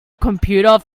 computer